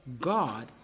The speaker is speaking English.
God